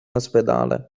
ospedale